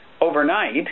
overnight